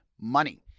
money